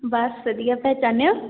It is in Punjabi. ਬਸ ਵਧੀਆ ਪਹਿਚਾਨਿਆ